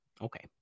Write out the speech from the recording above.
okay